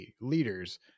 leaders